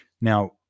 Now